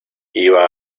iba